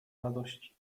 radości